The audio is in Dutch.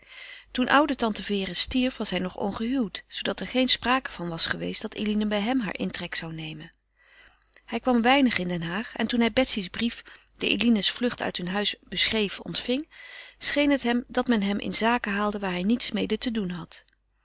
toen oude tante vere stierf was hij nog ongehuwd zoodat er geen sprake van was geweest dat eline bij hem haar intrek zou nemen hij kwam weinig in den haag en toen hij betsy's brief die eline's vlucht uit hun huis beschreef ontving scheen het hem dat men hem in zaken haalde waar hij niets mede te doen had